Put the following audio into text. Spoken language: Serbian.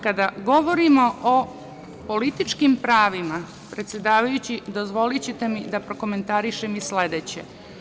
Kada govorimo o političkim pravima, predsedavajući, dozvolićete mi da prokomentarišem i sledeće.